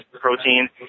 protein